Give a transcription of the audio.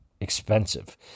expensive